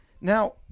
Now